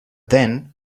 then